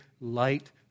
light